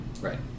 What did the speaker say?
right